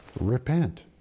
Repent